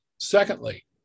Secondly